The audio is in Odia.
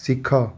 ଶିଖ